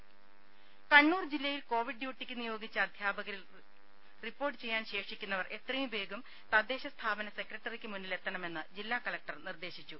രുദ കണ്ണൂർ ജില്ലയിൽ കോവിഡ് ഡ്യൂട്ടിക്ക് നിയോഗിച്ച അധ്യാപകരിൽ റിപ്പോർട്ട് ചെയ്യാൻ ശേഷിക്കുന്നവർ എത്രയും വേഗം തദ്ദേശ സ്ഥാപന സെക്രട്ടറിക്ക് മുന്നിൽ എത്തണമെന്ന് ജില്ലാ കലക്ടർ നിർദ്ദേശിച്ചു